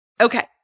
Okay